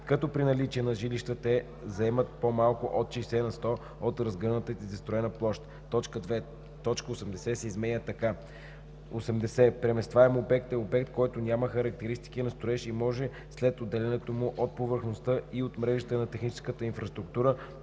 като при наличие на жилища те заемат по-малко от 60 на сто от разгънатата й застроена площ.“ 2. Точка 80 се изменя така: „80. „Преместваем обект“ е обект, който няма характеристиките на строеж и може след отделянето му от повърхността и от мрежите на техническата инфраструктура